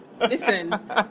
listen